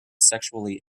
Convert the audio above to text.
sexually